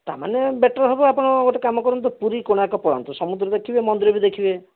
ତା'ମାନେ ବେଟର୍ ହେବ ଆପଣ ଗୋଟେ କାମ କରନ୍ତୁ ପୁରୀ କୋଣାର୍କ ପଳାନ୍ତୁ ସମୁଦ୍ର ଦେଖିବେ ମନ୍ଦିର ବି ଦେଖିବେ